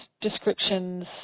descriptions